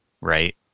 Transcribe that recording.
right